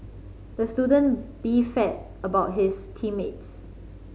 the student beefed about his team mates